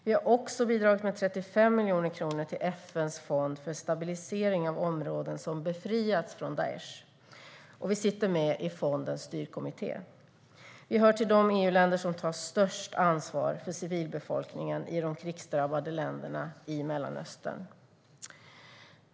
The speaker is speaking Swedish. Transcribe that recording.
Vi har också bidragit med 35 miljoner kronor till FN:s fond för stabilisering av områden som befriats från Daish, och vi sitter med i fondens styrkommitté. Vi hör till de EU-länder som tar störst ansvar för civilbefolkningen i de krigsdrabbade länderna i Mellanöstern.